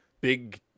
big